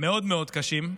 מאוד מאוד קשים,